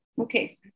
Okay